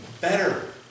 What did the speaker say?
better